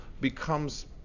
becomes